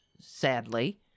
sadly